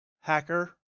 hacker